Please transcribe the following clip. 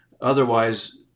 otherwise